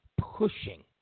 pushing